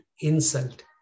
insult